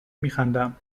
میخندم